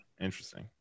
Interesting